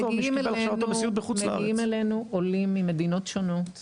אבל מגיעים אלינו עולים ממדינות שונות מגוונות,